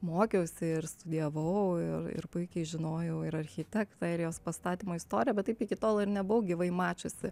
mokiausi ir studijavau ir ir puikiai žinojau ir architektą ir jos pastatymo istoriją bet taip iki tol ir nebuvau gyvai mačiusi